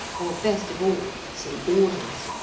or, best of all, some orders.